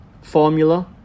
formula